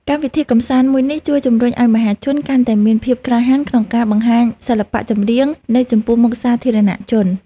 កម្មវិធីកម្សាន្តមួយនេះជួយជម្រុញឱ្យមហាជនកាន់តែមានភាពក្លាហានក្នុងការបង្ហាញសិល្បៈចម្រៀងនៅចំពោះមុខសាធារណជន។